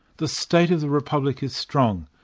the state of the republic is strong,